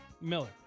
Miller